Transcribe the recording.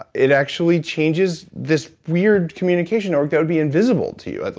it actually changes this weird communication like that would be invisible to you.